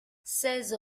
seize